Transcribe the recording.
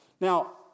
Now